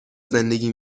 زندگی